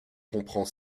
comprend